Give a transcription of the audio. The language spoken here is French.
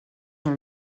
dans